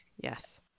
yes